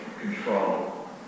control